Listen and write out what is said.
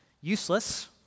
useless